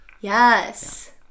yes